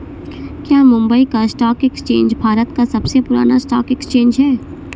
क्या Mumbai stock exchange Bharat का सबसे पुराना स्टॉक एक्सचेंज है?